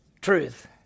Truth